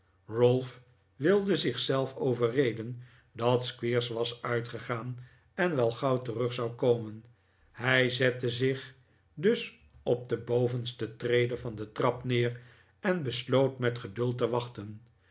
ralph wilde zich zelf overreden dat squeers was uitgegaan en wel gauw terug zou komen hij zette zich dus op de bovenste trede van de trap neer en besloot met geduld te wachten